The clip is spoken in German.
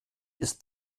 ist